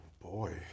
Boy